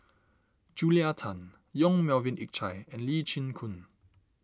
Julia Tan Yong Melvin Yik Chye and Lee Chin Koon